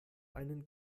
einen